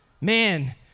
Man